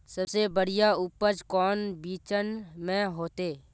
सबसे बढ़िया उपज कौन बिचन में होते?